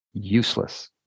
useless